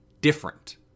different